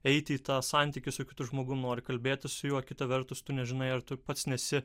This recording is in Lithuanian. eiti į tą santykį su kitu žmogum nori kalbėtis su juo kita vertus tu nežinai ar tu pats nesi